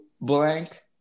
blank